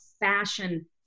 fashion